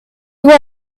were